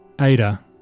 Ada